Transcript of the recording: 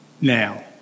now